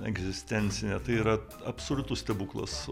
egzistencinę tai yra absoliutus stebuklas